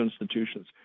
institutions